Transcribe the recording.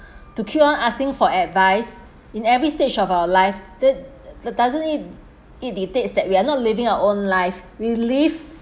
to keep on asking for advice in every stage of our life then d~ doesn't it it dictate that we are not living our own life we live